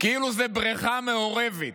כאילו זאת בריכה מעורבת.